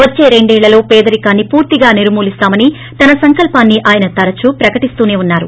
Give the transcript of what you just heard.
వచ్చే రెండేళ్లలో పేదరికాన్ని పూర్తిగా నిర్మూలీస్తామని తన సంకల్పాన్ని ఆయన తరచూ ప్రకటిస్తూనే ఉన్నారు